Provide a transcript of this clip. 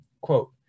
quote